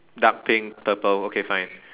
dark pink purple okay fine